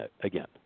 Again